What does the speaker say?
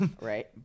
Right